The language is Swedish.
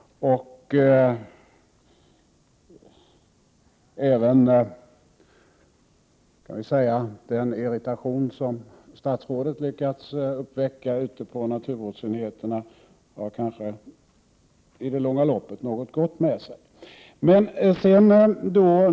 Även den irritation som statsrådet lyckades uppväcka ute på naturvårdsenheterna för kanske i det långa loppet något gott med sig.